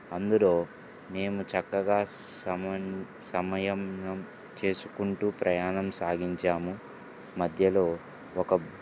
అందులో మేము చక్కగా సమ సమన్వయం చేసుకుంటు ప్రయాణం సాగించాము మధ్యలో ఒక